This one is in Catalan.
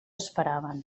esperaven